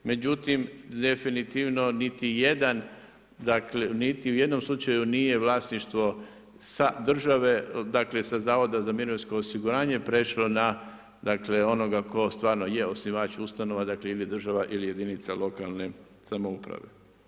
Međutim, definitivno niti jedan, niti u jednom slučaju nije vlasništvo sa države, dakle sa zavoda za mirovinsko osiguranje prešlo na dakle onoga tko stvarno je osnivač ustanova, dakle ili država ili jedinica lokalne samouprave.